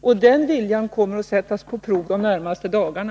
Och viljan på den punkten kommer att sättas på prov de närmaste dagarna.